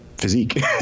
Physique